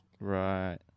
Right